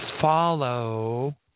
follow